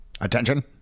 Attention